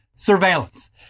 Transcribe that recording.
surveillance